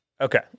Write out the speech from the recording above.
Okay